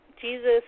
Jesus